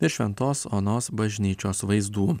ir šventos onos bažnyčios vaizdų